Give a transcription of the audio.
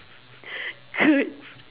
good